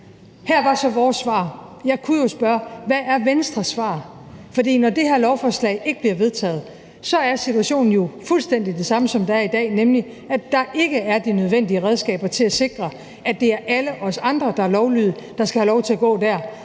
her var så vores svar, og jeg kunne jo spørge: Hvad er Venstres svar? For når det her lovforslag ikke bliver vedtaget, er situationen jo fuldstændig den samme som i dag, nemlig at der ikke er de nødvendige redskaber til at sikre, at det er alle os andre, der er lovlydige, der skal have lov til at gå og